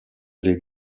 les